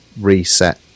reset